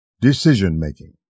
decision-making